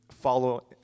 follow